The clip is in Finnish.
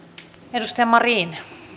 arvoisa